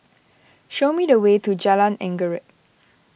show me the way to Jalan Anggerek